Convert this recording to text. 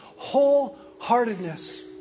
wholeheartedness